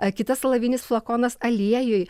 akytas alavinis flakonas aliejui